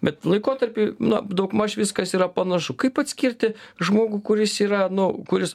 bet laikotarpy na daugmaž viskas yra panašu kaip atskirti žmogų kuris yra nu kuris